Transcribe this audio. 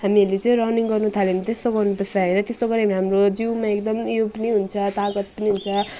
हामीहरूले चाहिँ रनिङ गर्नुथाल्यौँ भने त्यसो गर्नुपर्छ होइन त्यस्तो गऱ्यौँ भने हाम्रो जिउमा एकदम उयो पनि हुन्छ तागत पनि हुन्छ